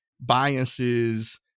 biases